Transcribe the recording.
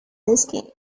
ruskin